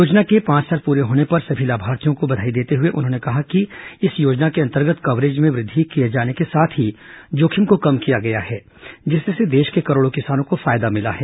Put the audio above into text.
योजना के पांच साल पूरे होने पर सभी लाभार्थियों को बधाई देते हुए उन्होंने कहा कि इस योजना के अन्तर्गत कवरेज में वृद्धि किए जाने के साथ ही जोखिम को कम किया गया है जिससे देश के करोड़ों किसानों को फायदा मिला है